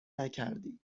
نکردی